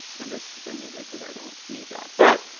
and just remove it because i don't need that. but,